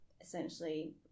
essentially